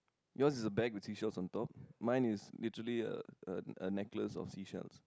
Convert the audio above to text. yours is a bag with seashells on top mine is literally a a a necklace of seashell